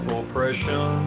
oppression